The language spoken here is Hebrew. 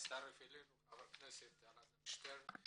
הצטרף אלינו חבר הכנסת אלעזר שטרן.